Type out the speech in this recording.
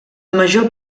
major